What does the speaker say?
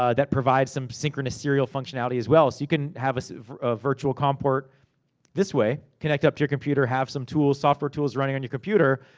ah that provides some synchronous serial functionality, as well. so you can have a virtual comport this way. connect it up to your computer, have some tools, software tools, running on your computer.